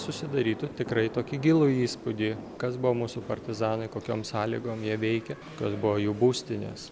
susidarytų tikrai tokį gilų įspūdį kas buvo mūsų partizanai kokiom sąlygom jie veikė kas buvo jų būstinės